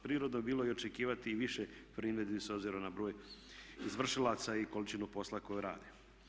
Prirodno bi bilo očekivati i više primjedbi s obzirom na broj izvršilaca i količinu posla koju rade.